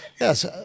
Yes